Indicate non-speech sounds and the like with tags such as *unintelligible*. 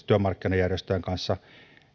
*unintelligible* työmarkkinajärjestöjen kanssa